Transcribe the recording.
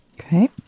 Okay